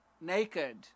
naked